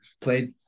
Played